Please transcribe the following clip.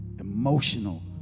emotional